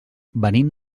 venim